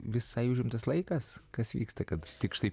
visai užimtas laikas kas vyksta kad tik štai